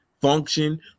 function